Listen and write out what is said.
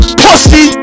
pussy